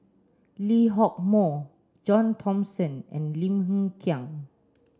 Lee Hock Moh John Thomson and Lim Hng Kiang